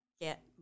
get